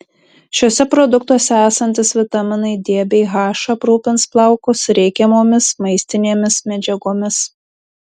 šiuose produktuose esantys vitaminai d bei h aprūpins plaukus reikiamomis maistinėmis medžiagomis